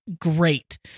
great